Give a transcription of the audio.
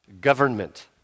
government